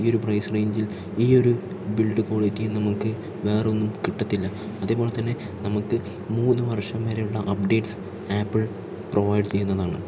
ഈ ഒരു പ്രൈസ് റേഞ്ചിൽ ഈ ഒരു ബിൽഡ് ക്വാളിറ്റിയും നമുക്ക് വേറൊന്നും കിട്ടത്തില്ല അതേപോലെ തന്നെ നമുക്ക് മൂന്ന് വർഷം വരെയുള്ള അപ്ഡേറ്റ്സ് ആപ്പിൾ പ്രൊവൈഡ് ചെയ്യുന്നതാണ്